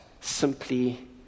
simply